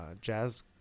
jazz